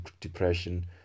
depression